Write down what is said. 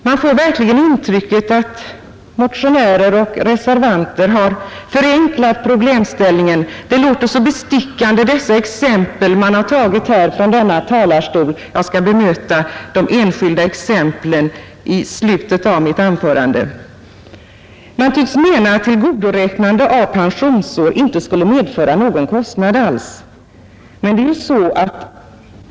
Man får verkligen intrycket att motionärer och reservanter har förenklat problemställningen. De exempel de lagt fram från denna talarstol låter så bestickande enkla. Jag skall bemöta dem i slutet av mitt anförande. Man tycks mena att ett tillgodoräknande av pensionsår inte skulle medföra någon kostnad alls för vederbörande själv.